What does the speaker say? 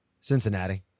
Cincinnati